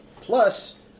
Plus